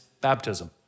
baptism